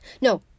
No